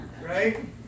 right